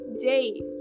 days